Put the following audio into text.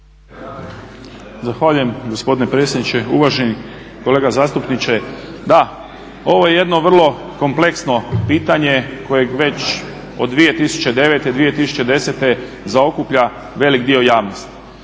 Zahvaljujem gospodine predsjedniče. Uvaženi kolega zastupniče, da, ovo je jedno vrlo kompleksno pitanje koje već od 2009., 2010. zaokuplja veliki dio javnosti.